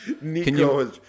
Nico